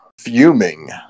fuming